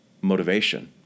motivation